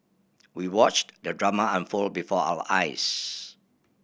we watched the drama unfold before our eyes